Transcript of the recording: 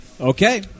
Okay